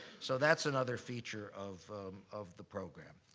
so that's another feature of of the program.